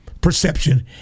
perception